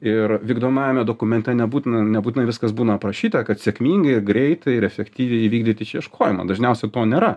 ir vykdomajame dokumente nebūtina nebūtinai viskas būna aprašyta kad sėkmingai greitai ir efektyviai įvykdyti išieškojimą dažniausiai to nėra